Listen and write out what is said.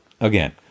again